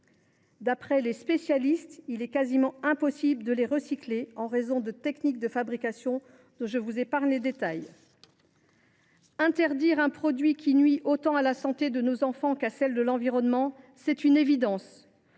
D’après les spécialistes, il est quasiment impossible de les recycler, en raison de techniques de fabrication dont je vous épargne les détails. Interdire un produit qui nuit autant à la santé de nos enfants qu’à celle de l’environnement est une évidence.